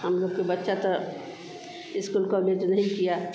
हम लोग के बच्चे तो इस्कूल काॅलेज नहीं किया